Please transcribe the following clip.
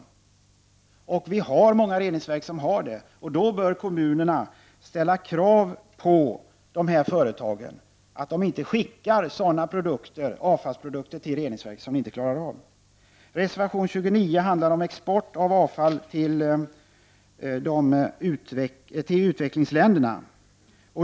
Men det finns också många reningsverk som har det, och då bör kommunerna ställa krav på de företagen att de inte skickar sådana avfallsprodukter till reningsverket som det inte klarar av. Reservation 29 handlar om export av avfall till utvecklingsländerna.